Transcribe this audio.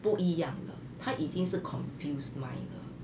不一样了她已经是 confused mind 了